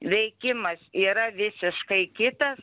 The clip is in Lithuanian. veikimas yra visiškai kitas